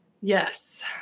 Yes